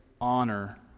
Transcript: honor